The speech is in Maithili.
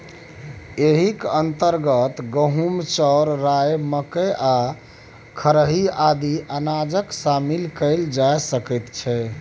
एहिक अंतर्गत गहूम, चाउर, राई, मकई आ खेरही आदि अनाजकेँ शामिल कएल जा सकैत छै